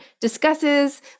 discusses